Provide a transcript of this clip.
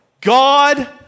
God